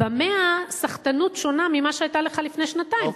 במה הסחטנות שונה ממה שהיתה לך לפני שנתיים?